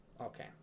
Okay